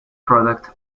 product